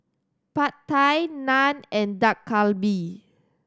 Pad Thai Naan and Dak Galbi